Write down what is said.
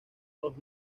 los